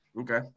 Okay